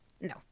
no